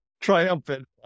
triumphant